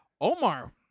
Omar